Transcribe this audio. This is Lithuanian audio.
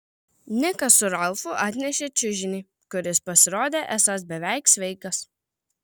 nikas su ralfu atnešė čiužinį kuris pasirodė esąs beveik sveikas